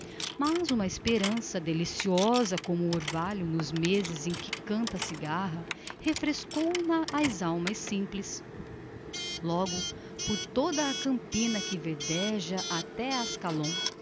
mas uma esperança deliciosa como o orvalho nos meses em que canta a cigarra refrescou as almas simples logo por toda a campina que verdeja até